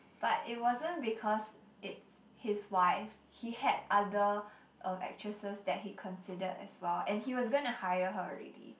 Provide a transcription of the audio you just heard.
but it wasn't because it's his wife he had other um actresses that he considered as well and he was gonna hire her already